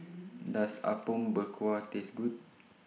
Does Apom Berkuah Taste Good